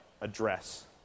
address